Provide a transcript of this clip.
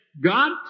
God